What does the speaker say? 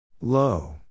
Low